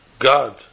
God